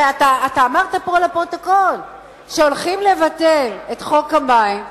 הרי אמרת פה לפרוטוקול שהולכים לבטל את חוק המים,